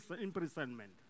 imprisonment